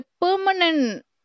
permanent